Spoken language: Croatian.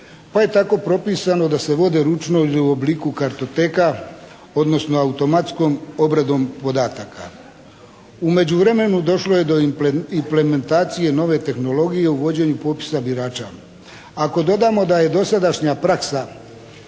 pa je tako propisano da se vode ručno ili u obliku kartoteka odnosno automatskom obradom podataka. U međuvremenu došlo je do implementacije nove tehnologije u vođenju popisa birača. Ako dodamo da je dosadašnja praksa